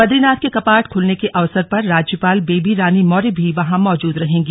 बदरीनाथ के कपाट खुलने के अवसर पर राज्यपाल बेबी रानी मौर्य भी वहां मौजूद रहेंगी